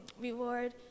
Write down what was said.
reward